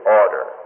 order